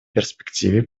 перспективе